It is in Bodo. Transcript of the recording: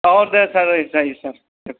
औ दे सार जायो सार